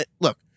Look